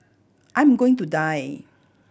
I'm going to die